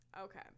okay